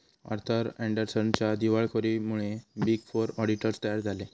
Arthur अँडरसनच्या दिवाळखोरीमुळे big four auditors तयार झाले